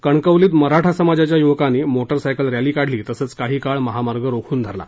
कणकवलीत मराठा समाजाच्या युवकांनी मोटार सायकल रॅली काढली तसंच काही काळ महामार्ग रोखून धरला